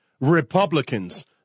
Republicans